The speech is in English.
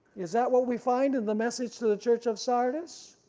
is that what we find in the message to the church of sardis,